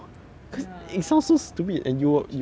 !aiya! 我的 G_P